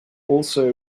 also